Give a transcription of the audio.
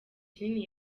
kinini